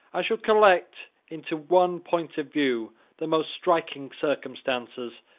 i shall collect into one point of view the most striking circumstances,